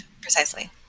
precisely